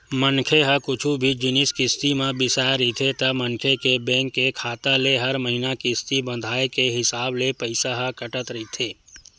मनखे ह कुछु भी जिनिस किस्ती म बिसाय रहिथे ता मनखे के बेंक के खाता ले हर महिना किस्ती बंधाय के हिसाब ले पइसा ह कटत रहिथे